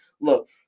look